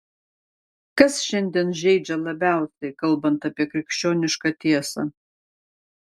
kas šiandien žeidžia labiausiai kalbant apie krikščionišką tiesą